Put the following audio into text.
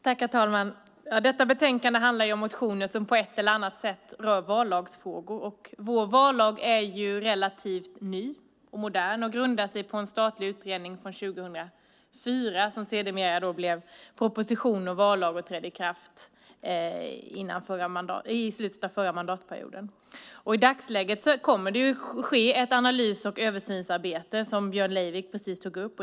Herr talman! Detta betänkande handlar om motioner som på ett eller annat sätt rör vallagsfrågor. Vår vallag är relativ ny och modern och grundar sig på en statlig utredning från 2004 som sedermera blev en proposition och en vallag som trädde i kraft i slutet av förra mandatperioden. I dagsläget kommer det att ske ett analys och översynsarbete, som Björn Leivik precis tog upp.